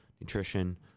nutrition